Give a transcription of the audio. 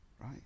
right